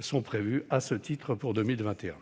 sont prévus à ce titre pour 2021.